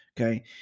Okay